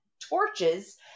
torches